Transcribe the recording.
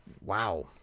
Wow